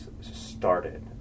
started